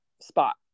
spot